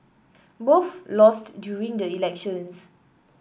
both lost during the elections